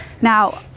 Now